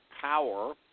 power